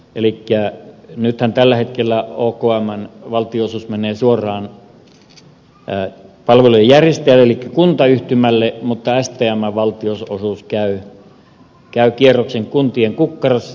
elikkä nythän tällä hetkellä okmn valtionosuus menee suoraan palvelujen järjestäjälle elikkä kuntayhtymälle mutta stmn valtionosuus käy kierroksen kuntien kukkarossa